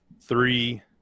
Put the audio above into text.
three